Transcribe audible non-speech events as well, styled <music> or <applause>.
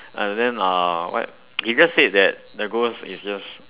and then uh what <noise> he just said that the ghost is just